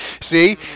See